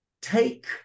take